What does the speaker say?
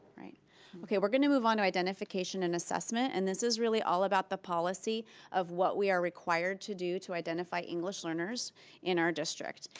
okay, we're gonna move on identification and assessment and this is really all about the policy of what we are required to do to identify english learners in our district,